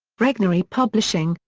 regnery publishing,